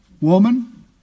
Woman